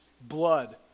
blood